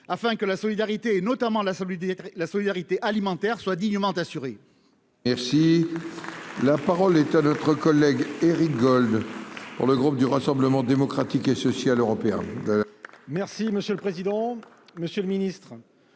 afin que la solidarité, et notamment la solidarité, la solidarité alimentaire soit dignement assuré. Merci, la parole est à notre collègue Éric Gold pour le groupe du Rassemblement démocratique et social européen. Merci monsieur le président, Monsieur le Ministre,